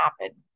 happen